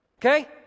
okay